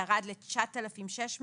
ירד ל-9,600